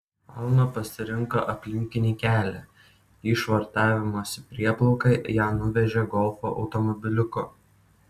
alma pasirinko aplinkinį kelią į švartavimosi prieplauką ją nuvežė golfo automobiliuku